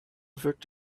wirkt